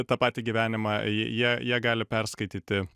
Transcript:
tą patį gyvenimą jie jie gali perskaityti